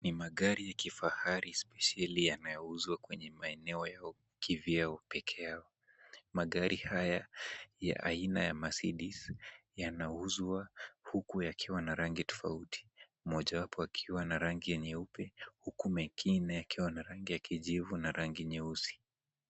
Ni magari ya kifahari spesheli yanayouzwa kwenye maeneo yao kivyao pekee yao. Magari haya ya aina ya mercedes yanauzwa huku yakiwa na rangi tofauti, mojawapo yakiwa na rangi nyeupe huku mengine yakiwa na rangi ya kijivu na rangi nyeusi.